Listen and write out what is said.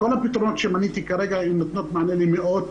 כל הפתרונות שמניתי כרגע נותנים מענה למאות